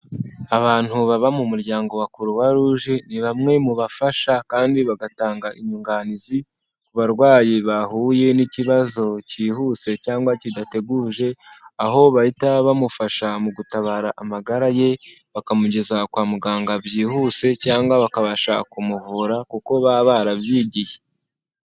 Abantu baba mu muryango wa Croix Rouge ni bamwe mu bafasha kandi bagatanga inyunganizi ku barwayi bahuye n'ikibazo kihuse cyangwa kidateguje, aho bahita bamufasha mu gutabara amagara ye bakamugeza kwa muganga byihuse cyangwa bakabasha kumuvura kuko baba barabyigiye.